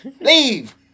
Leave